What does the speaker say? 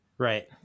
Right